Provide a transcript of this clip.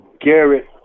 Garrett